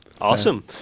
Awesome